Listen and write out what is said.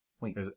Wait